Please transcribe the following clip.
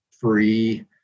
free